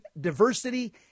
diversity